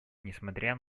несмотря